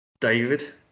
David